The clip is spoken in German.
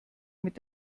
mit